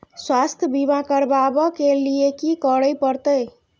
स्वास्थ्य बीमा करबाब के लीये की करै परतै?